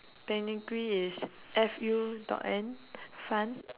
technically is F U dot N fun